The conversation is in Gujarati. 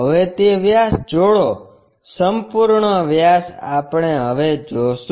હવે તે વ્યાસ જોડો સંપૂર્ણ વ્યાસ આપણે હવે જોશું